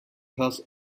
has